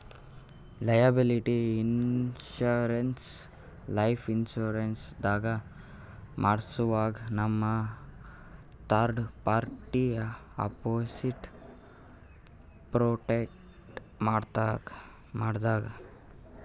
liability insurance life insurance ದಾಗ್ ಮಾಡ್ಸೋವಾಗ್ ನಮ್ಗ್ ಥರ್ಡ್ ಪಾರ್ಟಿ ಅಪೊಸಿಟ್ ಪ್ರೊಟೆಕ್ಟ್ ಮಾಡ್ತದ್